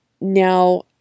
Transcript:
Now